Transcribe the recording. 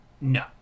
no